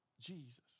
Jesus